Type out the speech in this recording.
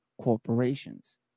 corporations